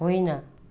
होइन